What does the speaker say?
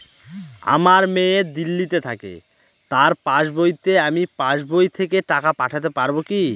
আমার মেয়ে দিল্লীতে থাকে তার পাসবইতে আমি পাসবই থেকে টাকা পাঠাতে পারব কি?